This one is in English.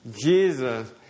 Jesus